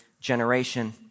generation